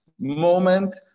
moment